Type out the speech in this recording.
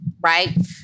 Right